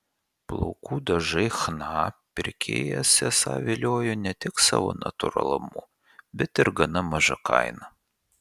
plaukų dažai chna pirkėjas esą viliojo ne tik savo natūralumu bet ir gana maža kaina